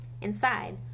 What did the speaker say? Inside